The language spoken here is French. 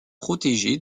protégée